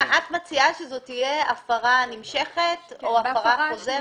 את מציעה שזאת תהיה הפרה נמשכת או הפרה חוזרת?